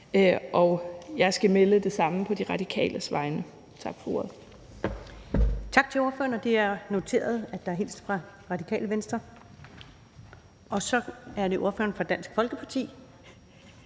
Jeg skal melde det samme på De Radikales vegne. Tak for ordet.